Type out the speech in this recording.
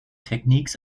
techniques